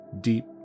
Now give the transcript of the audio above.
deep